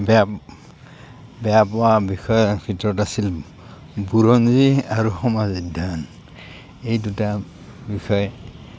বেয়া বেয়া পোৱা বিষয়ৰ ভিতৰত আছিল বুৰঞ্জী আৰু সমাজ অধ্যয়ন এই দুটা বিষয়ে